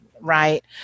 right